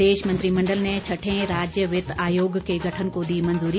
प्रदेश मंत्रिमंडल ने छठें राज्य वित्त आयोग के गठन को दी मंजूरी